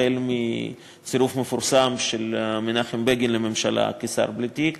החל מהצירוף המפורסם של מנחם בגין לממשלה כשר בלי תיק